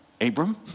Abram